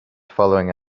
following